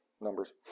numbers